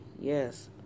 yes